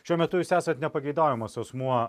šiuo metu jūs esat nepageidaujamas asmuo